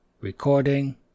Recording